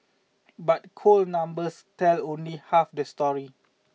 but cold numbers tell only half the story